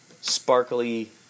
sparkly